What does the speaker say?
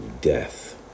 Death